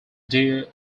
deer